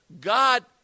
God